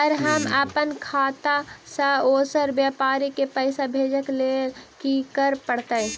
Sir हम अप्पन खाता सऽ दोसर व्यापारी केँ पैसा भेजक लेल की करऽ पड़तै?